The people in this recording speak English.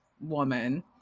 woman